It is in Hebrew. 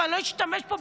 אבל אני לא אשתמש בה פה,